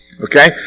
Okay